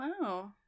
Wow